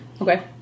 Okay